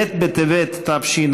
ב' בטבת התשע"ח,